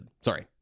Sorry